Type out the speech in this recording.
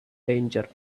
danger